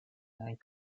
and